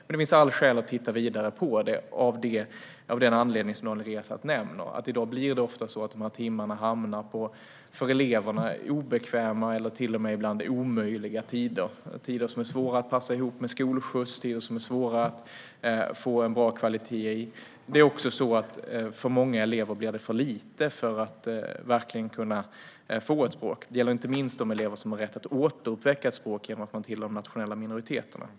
Men det finns alla skäl att titta vidare på det av den anledning som Daniel Riazat nämner: I dag blir det ofta så att de här timmarna hamnar på för eleverna obekväma eller ibland till och med omöjliga tider, tider som är svåra att passa ihop med skolskjuts och att få bra kvalitet i. För många elever blir det också för lite tid för att de verkligen ska kunna få ett språk. Det gäller inte minst de elever som har rätt att återuppväcka ett språk genom att de tillhör någon av de nationella minoriteterna.